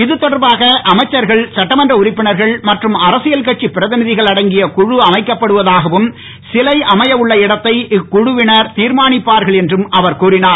இது தொடர்பாக அமைச்சர்கள் சட்டமன்ற உறுப்பினர்கள் மற்றும் அரசியல் கட்சிப் பிரதிநிதிகள் அடங்கிய குழு அமைக்கப்படுவதாகவும் சிலை அமைய உள்ள இடத்தை இக்குழுவினர் திர்மானிப்பார்கள் என்றும் அவர் கூறினார்